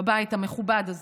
בבית המכובד הזה,